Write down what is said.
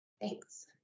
Thanks